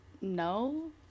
No